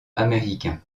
américain